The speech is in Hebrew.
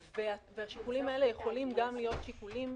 והשיקולים האלה יכולים גם להיות שיקולים